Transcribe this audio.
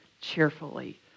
cheerfully